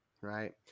right